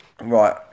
right